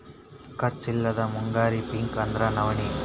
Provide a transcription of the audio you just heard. ಖರ್ಚ್ ಇಲ್ಲದ ಮುಂಗಾರಿ ಪಿಕ್ ಅಂದ್ರ ನವ್ಣಿ